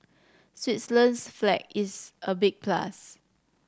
Switzerland's flag is a big plus